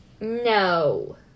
No